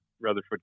Rutherford